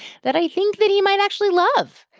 that i think that he might actually love.